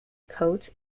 coat